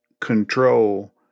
control